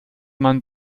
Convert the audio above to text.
man